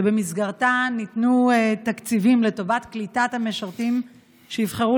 שבמסגרתה ניתנו תקציבים לטובת קליטת המשרתים שיבחרו